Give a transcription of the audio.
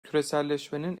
küreselleşmenin